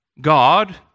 God